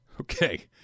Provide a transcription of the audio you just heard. Okay